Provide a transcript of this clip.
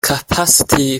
capacity